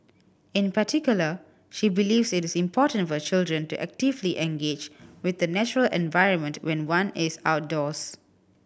in particular she believes it is important for children to actively engage with the natural environment when one is outdoors